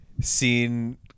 seen